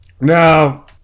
Now